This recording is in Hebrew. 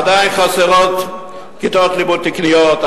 עדיין חסרות כיתות לימוד תקניות,